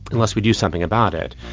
unless we do something about it.